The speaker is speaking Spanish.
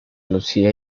lucía